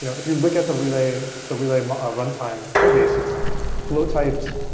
you know if you're looking at the relay the relay um ah runtime codebase, it's flow-typed.